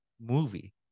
movie